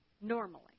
normally